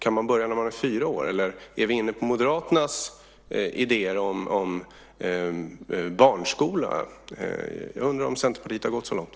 Kan man börja när man är fyra år, eller är vi inne på Moderaternas idéer om barnskola? Jag undrar om Centerpartiet har gått så långt.